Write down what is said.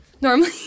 normally